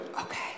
Okay